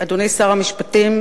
אדוני שר המשפטים,